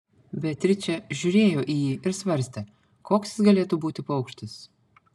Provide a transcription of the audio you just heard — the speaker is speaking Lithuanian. beatričė žiūrėjo į jį ir svarstė koks jis galėtų būti paukštis